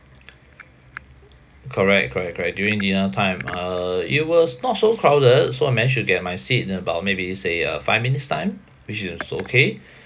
correct correct correct during dinner time uh it was not so crowded so I managed to get my seat in about maybe say uh five minutes time which is also okay